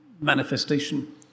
manifestation